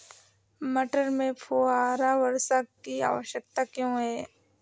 मटर में फुहारा वर्षा की आवश्यकता क्यो है?